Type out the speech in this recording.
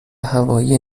هوایی